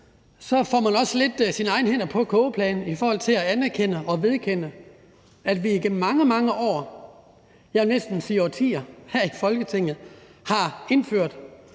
får man også lidt sine egne hænder på kogepladen i forhold til at anerkende og vedkende, at vi igennem mange, mange år, jeg vil næsten sige årtier, her i Folketinget ikke har indført